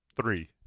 Three